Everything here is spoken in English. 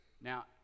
Now